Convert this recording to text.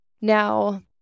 Now